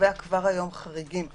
וקובע כבר היום חריגים מסוימים,